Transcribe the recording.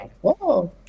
Whoa